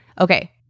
Okay